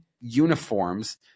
uniforms